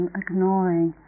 ignoring